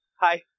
Hi